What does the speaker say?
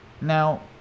Now